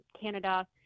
Canada